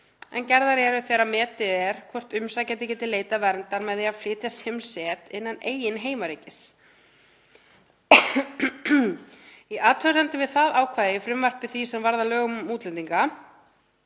en gerðar eru þegar metið er hvort umsækjandi geti leitað verndar með því að flytja sig um set innan eigin heimaríkis […] Í athugasemdum við það ákvæði í frumvarpi því sem varð að lögum um útlendinga